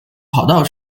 跑道